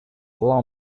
allow